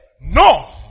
no